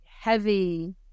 heavy